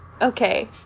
Okay